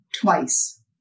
twice